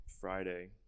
Friday